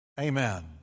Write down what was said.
Amen